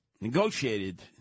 negotiated